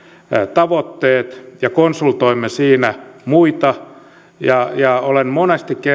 tavoitteet ja konsultoimme siinä muita olen monesti